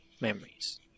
memories